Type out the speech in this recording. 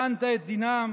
דנת את דינם"